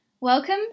Welcome